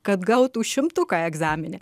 kad gautų šimtuką egzamine